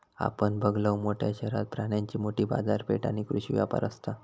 आपण बघलव, मोठ्या शहरात प्राण्यांची मोठी बाजारपेठ आणि कृषी व्यापार असता